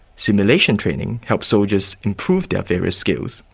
simulation training helps soldiers improve their various skills,